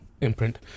imprint